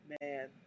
man